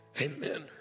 Amen